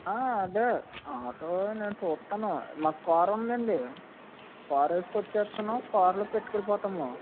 అదే ఆటో నేను చూస్తాను మాకు కారుందండి కార్ వేసుకొచ్చేస్తాను కార్లో పెట్టుకెళ్ళిపోతాము